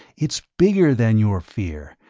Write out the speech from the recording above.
it's bigger than your fear.